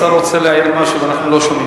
השר רוצה להעיר משהו ואנחנו לא שומעים.